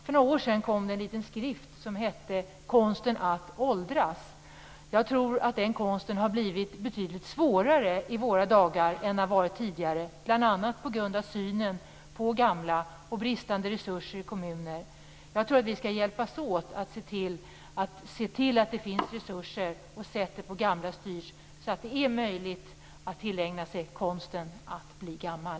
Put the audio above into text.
För några år sedan kom en liten skrift som hette Konsten att åldras. Jag tror att den konsten har blivit betydligt svårare i våra dagar än tidigare, bl.a. på grund av synen på gamla och bristande resurser i kommuner. Vi måste hjälpas åt att se till att det finns resurser som kan avsättas för gamla, så att det är möjligt att tillägna sig konsten att bli gammal.